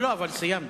לא לא, אבל סיימת.